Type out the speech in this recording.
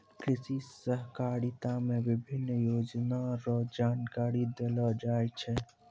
कृषि सहकारिता मे विभिन्न योजना रो जानकारी देलो जाय छै